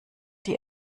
die